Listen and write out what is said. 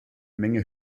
menge